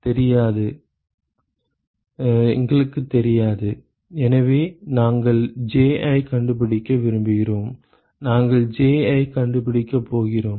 மாணவர் எங்களுக்குத் தெரியாது எனவே நாங்கள் Ji கண்டுபிடிக்க விரும்புகிறோம் நாங்கள் Ji கண்டுபிடிக்கப் போகிறோம்